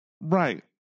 Right